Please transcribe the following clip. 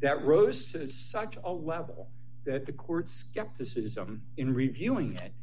that rose says such a level that the courts skepticism in reviewing it